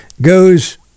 goes